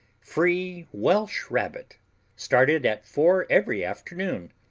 free welsh rabbit started at four every afternoon,